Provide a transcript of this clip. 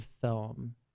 film